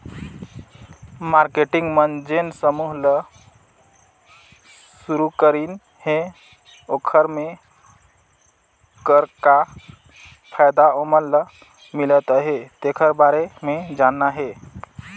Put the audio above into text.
marketing मन जेन समूह ल सुरूकरीन हे ओखर मे कर का फायदा ओमन ल मिलत अहे तेखर बारे मे जानना हे